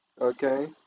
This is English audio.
okay